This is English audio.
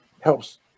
helps